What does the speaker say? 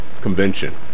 convention